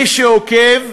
מי שעוקב,